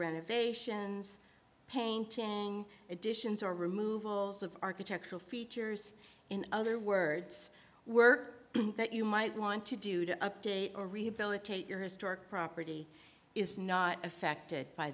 renovations painting additions or removals of architectural features in other words were that you might want to do to update or rehabilitate your historic property is not affected by